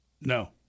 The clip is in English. No